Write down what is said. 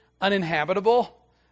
uninhabitable